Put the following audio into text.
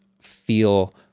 feel